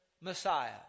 Messiah